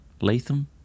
Latham